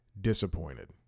disappointed